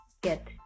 get